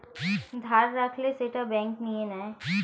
ধার রাখলে সেটা ব্যাঙ্ক নিয়ে নেয়